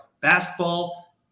basketball